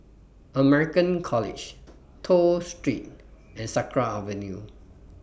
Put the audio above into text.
American College Toh Street and Sakra Avenue